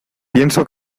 pienso